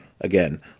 again